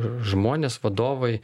žmonės vadovai